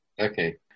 Okay